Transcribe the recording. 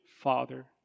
father